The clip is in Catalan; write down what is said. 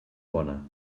bona